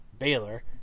Baylor